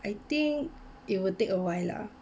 I think it will take a while lah